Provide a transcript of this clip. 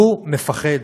הוא מפחד.